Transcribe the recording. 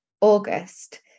August